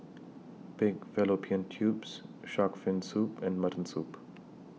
Pig Fallopian Tubes Shark's Fin Soup and Mutton Soup